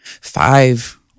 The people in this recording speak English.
five